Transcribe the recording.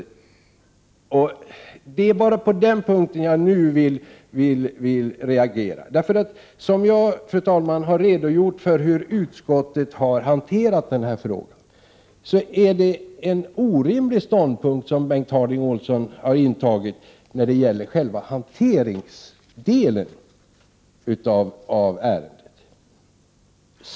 Det är bara på den punkten jag nu vill reagera. Jag har, fru talman, redogjort för hur utskottet har hanterat den här frågan, och det är en orimlig ståndpunkt som Bengt Harding Olson har intagit när det gäller själva hanteringen av ärendet.